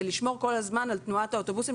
לשמור כל הזמן על תנועת האוטובוסים,